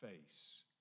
face